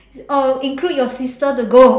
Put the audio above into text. oh include your sister to go